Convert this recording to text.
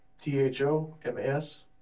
T-H-O-M-A-S